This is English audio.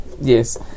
Yes